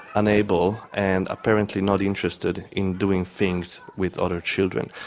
unable and apparently not interested in doing things with other children.